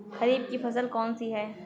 खरीफ की फसल कौन सी है?